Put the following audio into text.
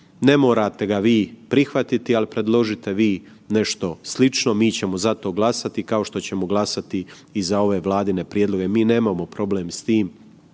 Ne morate ga vi prihvatiti, ali predložiti vi nešto slično mi ćemo za to glasati kao što ćemo glasati i za ove vladine prijedloge. Mi nemamo problem s tim